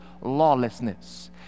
lawlessness